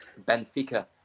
Benfica